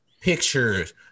pictures